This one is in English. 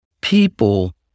people